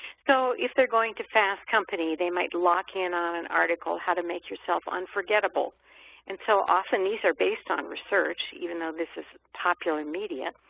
so if they're going to fast company, they might lock in on an article how to make yourself unforgettable and so often these are based on research even though this is popular media,